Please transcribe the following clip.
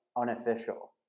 unofficial